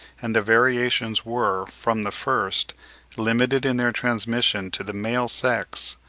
and the variations were from the first limited in their transmission to the male sex,